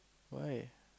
why